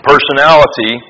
Personality